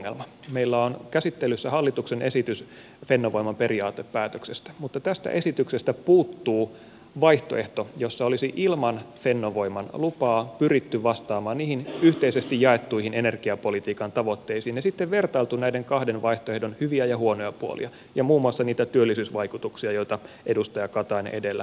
meillä on käsittelyssä hallituksen esitys fennovoiman periaatepäätöksestä mutta tästä esityksestä puuttuu vaihtoehto jossa olisi ilman fennovoiman lupaa pyritty vastaamaan niihin yhteisesti jaettuihin energiapolitiikan tavoitteisiin ja sitten vertailtu näiden kahden vaihtoehdon hyviä ja huonoja puolia ja muun muassa niitä työllisyysvaikutuksia joita edustaja katainen edellä peräsi